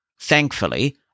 Thankfully